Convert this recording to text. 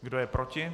Kdo je proti?